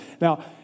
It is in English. Now